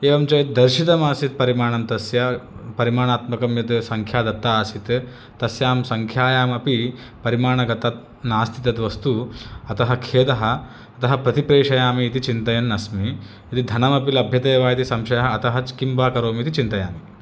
एवं च यद्दर्शितमासीत् परिमाणं तस्य परिमाणात्मकं यद् सङ्ख्या दत्ता आसीत् तस्यां सङ्ख्यायामपि परिमाणगत नास्ति तद्वस्तु अतः खेदः अतः प्रतिप्रेषयामि इति चिन्तयन्नस्मि यदि धनमपि लभ्यते वा इति संशयः अतः किं वा करोमि इति चिन्तयामि